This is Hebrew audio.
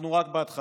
אנחנו רק בהתחלה.